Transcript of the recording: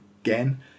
again